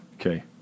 Okay